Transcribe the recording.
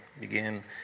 begin